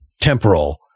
temporal